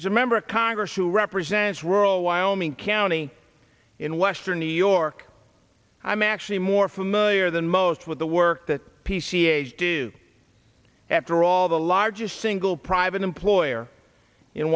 as a member of congress who represents rural wyoming county in western new york i'm actually more familiar than most with the work that p c h do after all the largest single private employer in